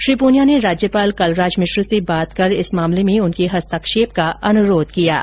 श्री पूनिया ने राज्यपाल कलराज मिश्र से बात कर इस मामले में उनके हस्तक्षेप का अनुरोध किया है